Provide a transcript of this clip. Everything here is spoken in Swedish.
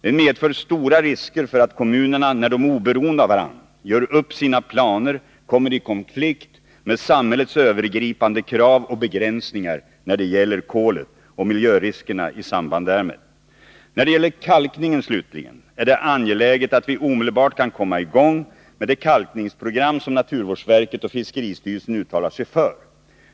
Den medför stora risker för att kommunerna när de oberoende av varandra gör upp sina planer kommer i konflikt med samhällets övergripande krav och begränsningar när det gäller kolet och miljöriskerna i samband därmed. Slutligen: I fråga om kalkningen är det angeläget att vi omedelbart kan komma i gång med det kalkningsprogram som naturvårdsverket och fiskeristyrelsen uttalat sig för.